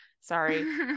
Sorry